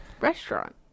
restaurant